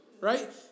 right